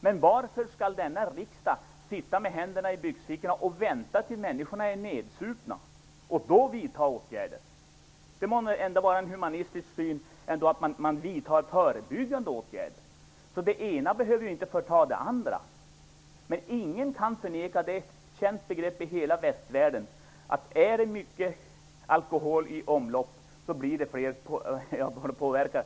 Men varför skall denna riksdag sitta med händerna i byxfickorna och vänta tills människorna är nedsupna och då vidta åtgärder? Det är väl ändå i linje med en humanistisk syn att vidta förebyggande åtgärder? Det ena behöver ju inte förta det andra. Ingen kan förneka att om det är mycket alkohol i omlopp så blir det både fler påverkade och fler skadade.